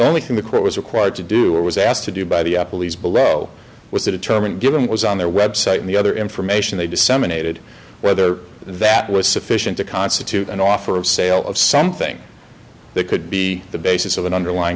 only thing the court was required to do was asked to do by the police below was determined given was on their website the other information they disseminated whether that was sufficient to constitute an offer of sale of something that could be the basis of an underlying